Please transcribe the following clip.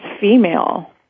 female